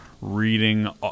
reading